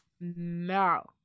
No